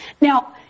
Now